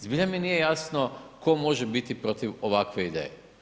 Zbilja mi nije jasno tko može biti protiv ovakve ideje.